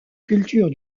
culture